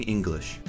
English